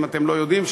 אם אתם לא יודעים,